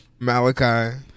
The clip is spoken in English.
Malachi